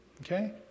okay